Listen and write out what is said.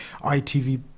itv